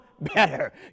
better